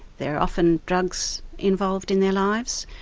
there are often drugs involved in their lives,